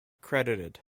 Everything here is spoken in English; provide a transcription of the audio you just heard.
credited